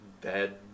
bad